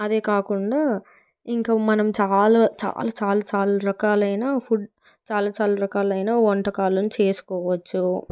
అదే కాకుండా ఇంకా మనం చాలా చాలా చాలా చాలా రకాలైన ఫుడ్ చాలా చాలా చాలా రకాలైన వంటకాలను చేసుకోవచ్చు